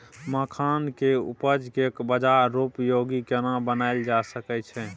मखान के उपज के बाजारोपयोगी केना बनायल जा सकै छै?